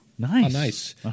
Nice